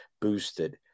boosted